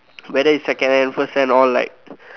whether it's second hand first hand all like